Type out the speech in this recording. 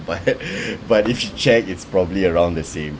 but but if you check it's probably around the same